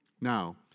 Now